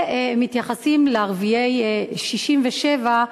ומתייחסים לערביי 67'